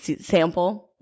sample